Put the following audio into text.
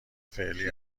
فعلی